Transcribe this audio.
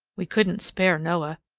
we couldn't spare noah.